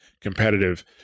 competitive